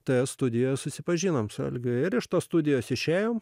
toje studijoje susipažinome su algiu ir iš tos studijos išėjo